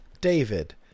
David